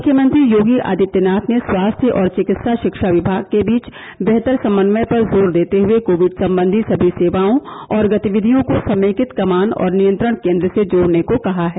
मुख्यमंत्री योगी आदित्यनाथ ने स्वास्थ्य और चिकित्सा शिक्षा विभाग के बीच बेहतर समन्वय पर जोर देते हए कोविड संबंधी समी सेवाओं और गतिविधियों को समेकित कमान और नियंत्रण केन्द्र से जोड़ने को कहा है